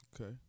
Okay